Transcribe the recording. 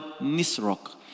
Nisroch